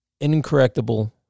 incorrectable